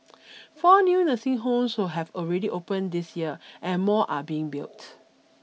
four new nursing homes so have already opened this year and more are being built